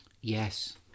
yes